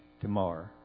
tomorrow